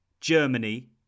Germany